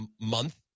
month